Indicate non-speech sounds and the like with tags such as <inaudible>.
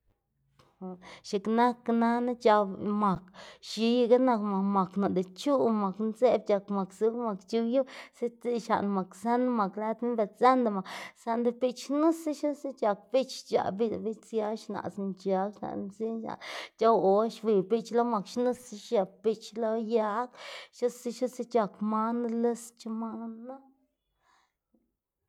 x̱iꞌk nak nana c̲h̲ap mak x̱iyaga nak mak noꞌnda chuꞌ mak ndzeꞌb c̲h̲ak mak zu mak chow yu <unintelligible> xlaꞌn mak zën mak lëd minn per dzënda mak saꞌnde biꞌch xnuse xnuse c̲h̲ak biꞌch xc̲h̲aꞌ biꞌch lëꞌ biꞌch sia xnaꞌs mc̲h̲ag xnaꞌs mzin xnaꞌs c̲h̲ow or xwiy biꞌch lo mak nap xnuse xiëp biꞌch lo yag xnuse xnuse c̲h̲ak man listc̲h̲e manu.